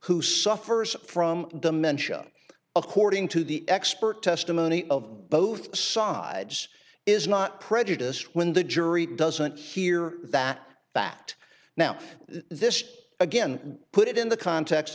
who suffers from dementia according to the expert testimony of both sides is not prejudiced when the jury doesn't hear that fact now this again put it in the context